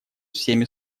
всеми